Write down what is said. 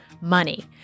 money